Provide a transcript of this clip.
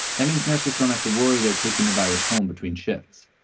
that means nurses don't have to worry. they're taking the virus home between shifts.